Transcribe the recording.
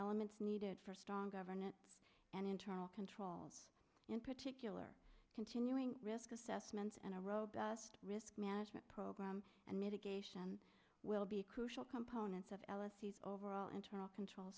elements needed for strong governance and internal control in particular continuing risk assessments and a robust risk management program and mitigation will be a crucial component of l s e overall internal control